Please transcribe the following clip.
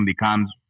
becomes